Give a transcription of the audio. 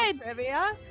Trivia